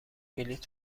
بلیط